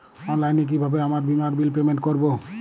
অনলাইনে কিভাবে আমার বীমার বিল পেমেন্ট করবো?